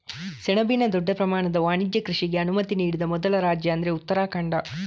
ಸೆಣಬಿನ ದೊಡ್ಡ ಪ್ರಮಾಣದ ವಾಣಿಜ್ಯ ಕೃಷಿಗೆ ಅನುಮತಿ ನೀಡಿದ ಮೊದಲ ರಾಜ್ಯ ಅಂದ್ರೆ ಉತ್ತರಾಖಂಡ